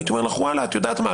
הייתי אומר לך: "את יודעת מה?